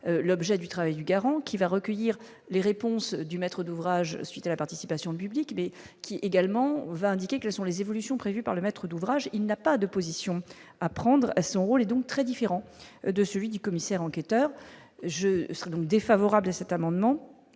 l'objet du travail garant qui va recueillir les réponses du maître d'ouvrage, suite à la participation de public, mais qui est également va indiquer quelles sont les évolutions prévues par le maître d'ouvrage, il n'a pas de position à prendre à son rôle est donc très différent de celui du commissaire enquêteur, je serais donc défavorable à cet amendement,